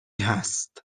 هست